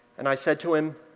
and i said to him,